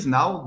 now